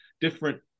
different